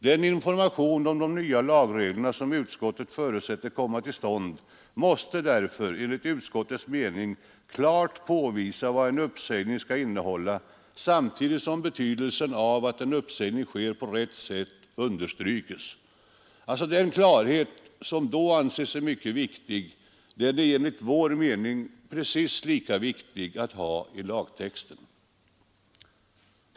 Den information om de nya lagreglerna som utskottet förutsätter komma till stånd, måste därför enligt utskottets mening klart 154 påvisa vad en uppsägning skall innehålla, samtidigt som betydelsen av att uppsägning sker på rätt sätt understrykes.” Den klarhet som alltså då anses mycket viktig, den är enligt vår mening precis lika viktigt att ha i lagtexten.